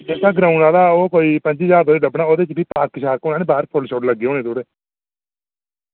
जेह्का ग्राऊंड आह्ला कोई ओह् पंजी ज्हार तगर लब्भना ते थोह्ड़ा पार्क होऐ ना थोह्ड़े फुल्ल लग्गे दे होन